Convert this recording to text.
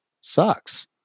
sucks